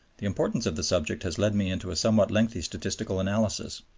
the importance of the subject has led me into a somewhat lengthy statistical analysis.